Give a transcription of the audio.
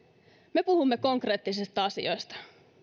me puhumme konkreettisista asioista